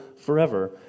forever